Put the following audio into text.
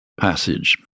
passage